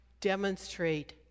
demonstrate